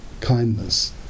kindness